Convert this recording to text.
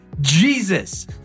Jesus